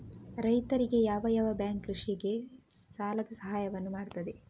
ರೈತರಿಗೆ ಯಾವ ಯಾವ ಬ್ಯಾಂಕ್ ಕೃಷಿಗೆ ಸಾಲದ ಸಹಾಯವನ್ನು ಮಾಡ್ತದೆ?